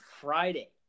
Friday